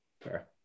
fair